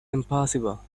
impossible